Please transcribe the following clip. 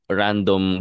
random